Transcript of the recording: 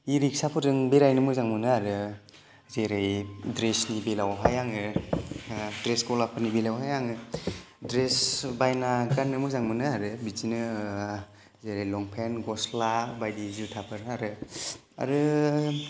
E रिक्साफोरजों बेरायनो मोजां मोनो आरो जेरै द्रेसनि बेलायावहाय आङो द्रेस गलाफोरनि बेलायावहाय आङो द्रेस बायना गाननो मोजां मोनो आरो बिदिनो जेरै लंपेन्ट गस्ला बायदि जुथाफोर आरो आरो